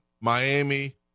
Miami